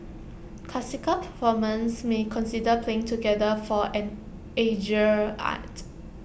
classical performers may consider playing together for an edgier act